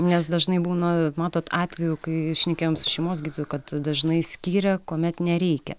nes dažnai būna matot atvejų kai šnekėjom su šeimos gydytoju kad dažnai skiria kuomet nereikia